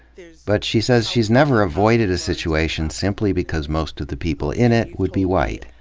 but she says she's never avoided a situation simply because most of the people in it would be white.